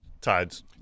tides